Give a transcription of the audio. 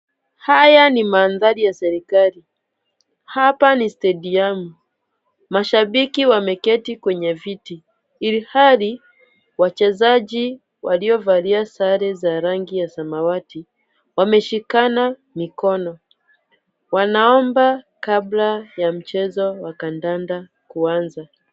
Haya ni mandhari ya serikali, hapa ni stadiamu. Mashabiki wameketi kwenye viti ilhali wachezaji waliovalia sare za rangi ya samawati wameshikana mikono. Wanaomba kabla ya mchezo wa kadanda kuanza.